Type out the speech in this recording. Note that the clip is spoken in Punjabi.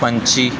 ਪੰਛੀ